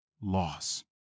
loss